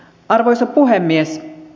arvoisa puhemies